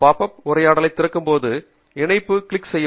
pop up உரையாடலைத் திறக்கும் இணைப்பை கிளிக் செய்யவும்